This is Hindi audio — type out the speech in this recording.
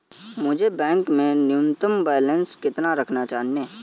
मुझे बैंक में न्यूनतम बैलेंस कितना रखना चाहिए?